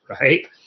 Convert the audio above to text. right